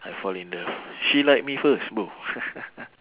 I fall in love she like me first bro